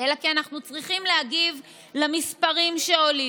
אלא כי אנחנו צריכים להגיב למספרים שעולים,